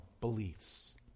beliefs